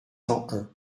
cent